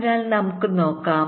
അതിനാൽ നമുക്ക് നോക്കാം